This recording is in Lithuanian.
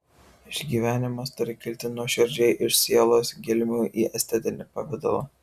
išgyvenimas turi kilti nuoširdžiai iš sielos gelmių į estetinį pavidalą